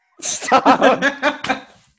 Stop